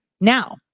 Now